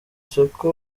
soko